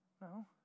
No